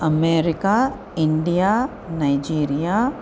America India Nigeria